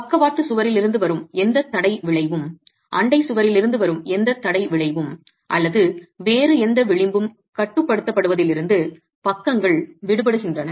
பக்கவாட்டு சுவரில் இருந்து வரும் எந்தத் தடை விளைவும் அண்டைச் சுவரில் இருந்து வரும் எந்தத் தடை விளைவும் அல்லது வேறு எந்த விளிம்பும் கட்டுப்படுத்தப்படுவதிலிருந்து பக்கங்கள் விடுபடுகின்றன